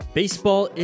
baseball